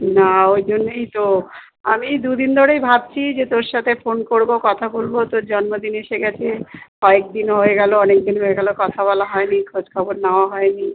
না ওই জন্যেই তো আমি এই দু দিন ধরেই ভাবছি যে তোর সাথে ফোন করবো কথা বলবো তোর জন্মদিন এসে গেছে কয়েকদিন হয়ে গেল অনেকদিন হয়ে গেল কথা বলা হয়নি খোঁজখবর নেওয়া হয়নি